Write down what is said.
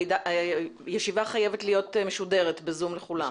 אנחנו הוספנו סעיף שהישיבה חייבת להיות משודרת בזום לכולם.